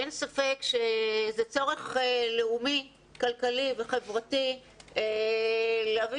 אין ספק שזה צורך לאומי כלכלי וחברתי להביא